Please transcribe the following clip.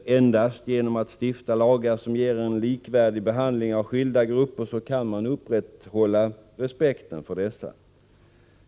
Endast genom att stifta lagar som ger en likvärdig behandling av skilda grupper kan man upprätthålla respekten för dessa.